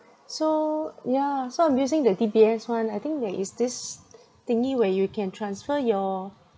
so yeah so I'm using the D_B_S [one] I think there is this thingy where you can transfer your